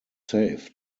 safe